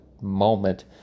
moment